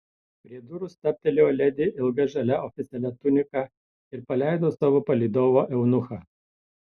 prie durų stabtelėjo ledi ilga žalia oficialia tunika ir paleido savo palydovą eunuchą